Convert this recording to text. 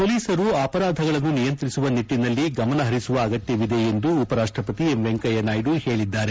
ಪೊಲೀಸರು ಅಪರಾಧಗಳನ್ನು ನಿಯಂತ್ರಿಸುವ ನಿಟ್ಟನಲ್ಲಿ ಗಮನಹರಿಸುವ ಅಗತ್ಯವಿದೆ ಎಂದು ಉಪರಾಷ್ಟಪತಿ ಎಂ ವೆಂಕಯ್ಯನಾಯ್ಡ ಹೇಳಿದ್ದಾರೆ